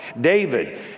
David